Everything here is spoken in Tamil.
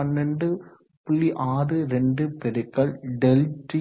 62 பெருக்கல் ΔT